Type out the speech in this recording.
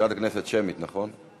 מזכירת הכנסת, שמית, נכון?